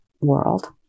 world